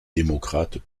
démocrates